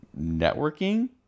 networking